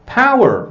power